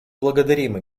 благодарим